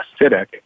acidic